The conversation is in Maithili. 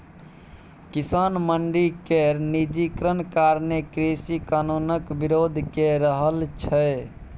किसान मंडी केर निजीकरण कारणें कृषि कानुनक बिरोध कए रहल छै